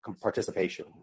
participation